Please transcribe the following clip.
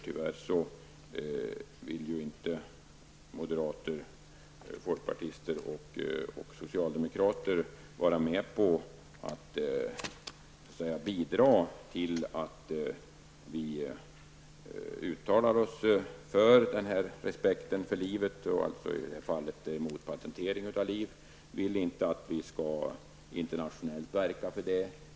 Tyvärr vill moderaterna, folkpartisterna och socialdemokraterna inte medverka till ett uttalande till förmån för nämnda respekt för livet -- i det här fallet alltså ett förbud mot patent på liv. Man vill inte att vi skall verka internationellt i detta sammanhang.